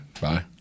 Bye